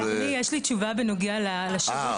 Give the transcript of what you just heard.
אדוני יש לי תשובה בנוגע לשינוי